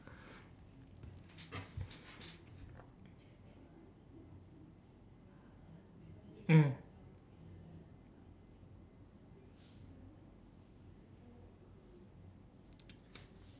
mm